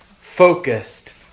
focused